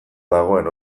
dagoen